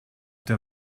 der